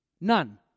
None